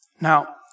Now